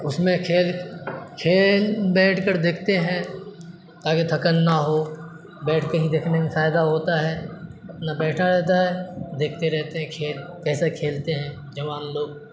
اس میں کھیل کھیل بیٹھ کر دیکھتے ہیں تاکہ تھکن نہ ہو بیٹھ کے ہی دیکھنے میں فائدہ ہوتا ہے اپنا بیٹھا رہتا ہے دیکھتے رہتے ہیں کھیل کیسے کھیلتے ہیں جوان لوگ